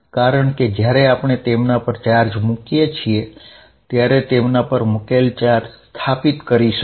કારણ કે જ્યારે આપણે તેમના પર ચાર્જ મુકીએ છીએ ત્યારે તેમના પર મુકેલ ચાર્જ સ્થાપિત કરીએ છીએ